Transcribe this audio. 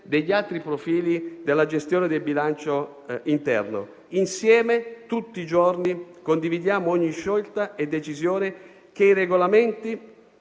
degli altri profili della gestione del bilancio interno. Insieme, tutti i giorni, condividiamo ogni scelta e decisione che i regolamenti